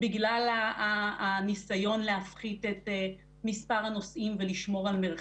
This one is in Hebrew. בגלל הנסיון להפחית את מספר הנוסעים ולשמור על מרחק.